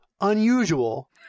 unusual